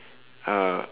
uh